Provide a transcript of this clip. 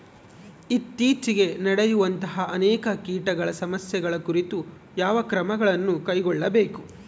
ಇತ್ತೇಚಿಗೆ ನಡೆಯುವಂತಹ ಅನೇಕ ಕೇಟಗಳ ಸಮಸ್ಯೆಗಳ ಕುರಿತು ಯಾವ ಕ್ರಮಗಳನ್ನು ಕೈಗೊಳ್ಳಬೇಕು?